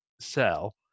sell